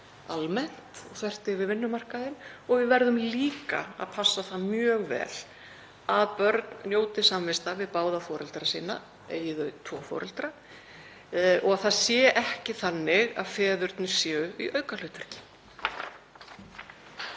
almennt, þvert yfir vinnumarkaðinn, og við verðum líka að passa það mjög vel að börn njóti samvista við báða foreldra sína, eigi þau tvo foreldra, og að það sé ekki þannig að feðurnir séu í aukahlutverki.